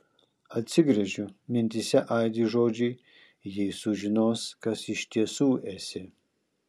atsigręžiu mintyse aidi žodžiai jei sužinos kas iš tiesų esi